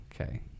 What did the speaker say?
okay